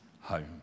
home